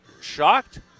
shocked